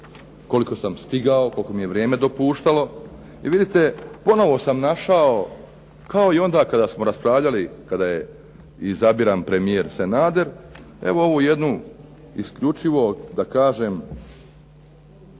koliko sam stigao, koliko mi je vrijeme dopuštalo. I vidite, ponovo sam našao kao i onda kada smo raspravljali, kada je izabiran premijer Sanader, evo ovu jednu isključivo da kažem